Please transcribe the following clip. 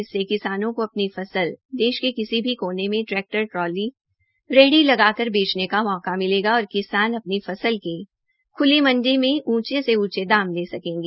इससे किसानों को अपनी फसल देश के किसी भी कोने में ट्रैक्टर ट्रॉली रेहड़ी लगाकर बेचने का मौका मिलेगा तथा किसान अपनी फसल के खुली मंडी में ऊंचे से ऊंचे दाम ले सकेंगा